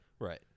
Right